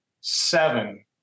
seven